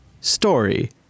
story